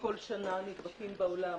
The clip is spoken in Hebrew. כל שנה נדבקים בעולם